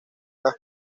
las